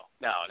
no